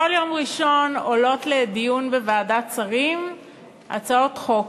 כל יום ראשון עולות לדיון בוועדת שרים הצעות חוק,